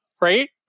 right